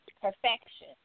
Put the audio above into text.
perfection